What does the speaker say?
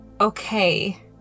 Okay